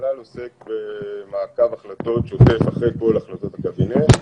המל"ל עוסק במעקב שוטף אחר כל החלטות הקבינט.